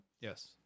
Yes